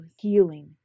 healing